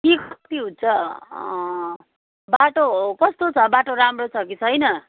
हुन्छ बाटो कस्तो छ बाटो राम्रो छ कि छैन